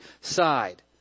side